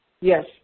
Yes